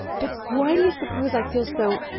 but why d'you s'pose i feel so